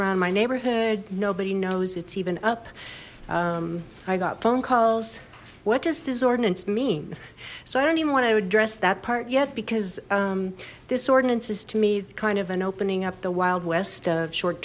around my neighborhood nobody knows it's even up i got phone calls what does this ordinance mean so i don't even want to address that part yet because this ordinance is to me kind of an opening up the wild west short